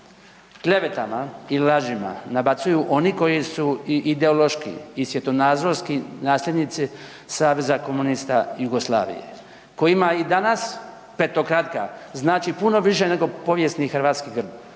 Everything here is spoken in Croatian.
klevetama i lažima nabacuju oni koji su i ideološki i svjetonazorski nasljednici Saveza komunista Jugoslavije. Kojima i danas petokraka znači puno više nego povijesni hrvatski grb.